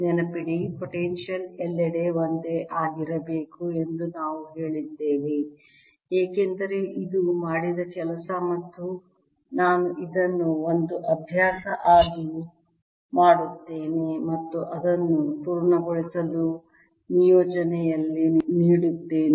ನೆನಪಿಡಿ ಪೊಟೆನ್ಶಿಯಲ್ ಎಲ್ಲೆಡೆ ಒಂದೇ ಆಗಿರಬೇಕು ಎಂದು ನಾವು ಹೇಳಿದ್ದೇವೆ ಏಕೆಂದರೆ ಇದು ಮಾಡಿದ ಕೆಲಸ ಮತ್ತು ನಾನು ಇದನ್ನು ಒಂದು ಅಭ್ಯಾಸ ಆಗಿ ಮಾಡುತ್ತೇನೆ ಮತ್ತು ಅದನ್ನು ಪೂರ್ಣಗೊಳಿಸಲು ನಿಯೋಜನೆಯಲ್ಲಿ ನೀಡುತ್ತೇನೆ